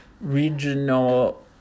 regional